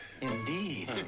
Indeed